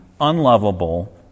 unlovable